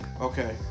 Okay